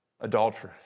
adulteress